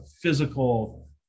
physical